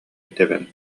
тэбэн